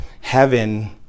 heaven